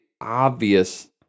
obvious